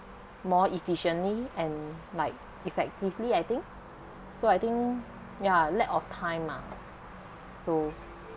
more efficiently and like effectively I think so I think ya lack of time ah so